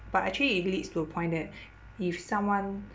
but actually it leads to a point that if someone